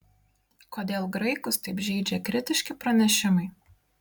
kodėl graikus taip žeidžia kritiški pranešimai